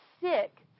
sick